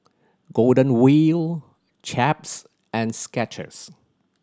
Golden Wheel Chaps and Skechers